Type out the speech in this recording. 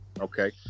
Okay